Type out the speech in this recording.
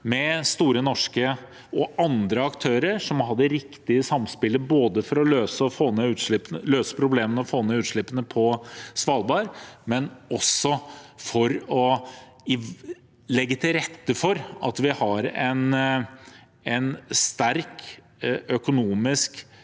Store Norske og andre aktører som må ha det riktige samspillet, ikke bare for å løse problemene og få ned utslippene på Svalbard, men også for å legge til rette for at vi har en sterk økonomisk